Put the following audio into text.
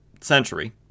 century